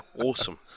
awesome